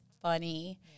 funny